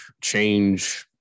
change